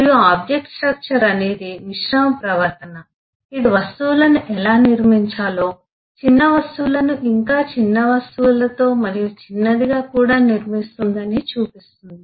మరియు object structure అనేది మిశ్రమ ప్రవర్తన ఇది వస్తువులను ఎలా నిర్మించాలో చిన్న వస్తువులను ఇంకా చిన్న వస్తువులతో మరియు చిన్నదిగా కూడా నిర్మిస్తుందని చూపిస్తుంది